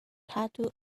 tattoo